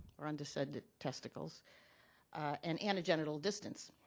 or undescended testicles and anal-genital distance,